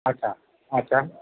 আচ্ছা আচ্ছা